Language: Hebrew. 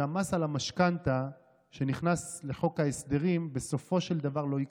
שהמס על המשכנתה שנכנס לחוק ההסדרים בסופו של דבר לא ייכנס.